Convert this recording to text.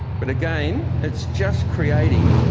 but again, it's just creating